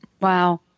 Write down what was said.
Wow